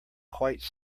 quite